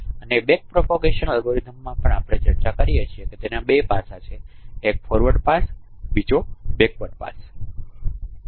અને back propagation અલ્ગોરિધમમાં પણ આપણે ચર્ચા કરી છે કે તેના બે પાસા છે એક ફોરવર્ડ પાસ છે બીજો બેકવર્ડ પાસ છે